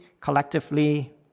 collectively